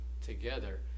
together